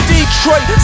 Detroit